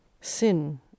Sin